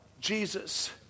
Jesus